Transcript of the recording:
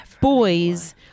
boys